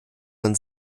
man